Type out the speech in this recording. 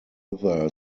other